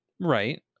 Right